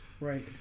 Right